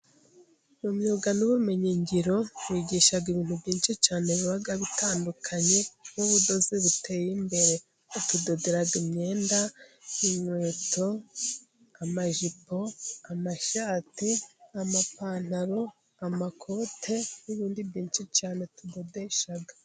Mu myuga n'ubumenyingiro bigisha ibintu byinshi cyane biba bitandukanye, nk'ubudozi buteye imbere, batudodera imyenda, inkweto, amajipo, amashati, amapantaro, amakote n'ibindi byinshi cyane tukodesha.